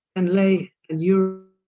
and lay an europe,